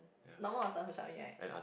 normal of the who saw me right